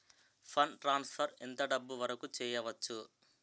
Fund transfer ఎంత డబ్బు వరుకు చేయవచ్చు?